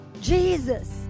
Jesus